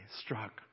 struck